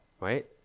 right